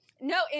No